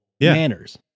manners